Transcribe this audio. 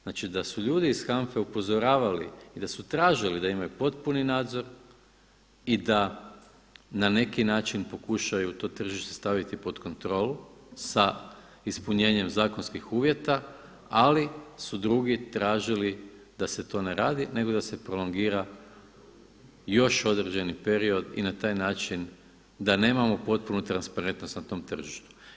Znači da su ljudi iz HANFA-e upozoravali i da su tražili da imaju potpuni nadzor i da na neki način pokušaju to tržište staviti pod kontrolu sa ispunjenjem zakonskih uvjeta, ali su drugi tražili da se to ne radi nego da se prolongira još određeni period i na taj način da nemamo potpunu transparentnost na tom tržištu.